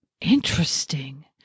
Interesting